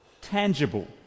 tangible